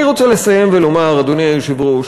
אני רוצה לסיים ולומר, אדוני היושב-ראש,